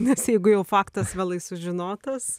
nes jeigu jau faktas vėlai sužinotas